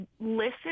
listen